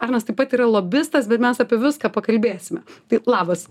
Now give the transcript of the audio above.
arnas taip pat yra lobistas bet mes apie viską pakalbėsime tai labas